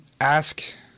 ask